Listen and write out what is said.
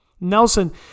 Nelson